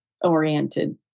oriented